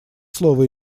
слово